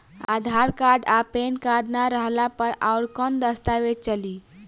आधार card आ PAN card ना रहला पर अउरकवन दस्तावेज चली?